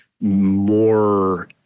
more